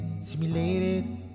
simulated